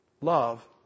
Love